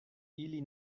ili